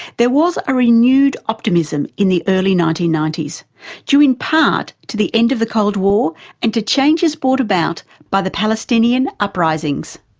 there was a renewed optimism in the early nineteen ninety s, due in part to the end of the cold war and to changes brought about by the palestinian uprisings.